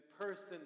person